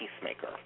peacemaker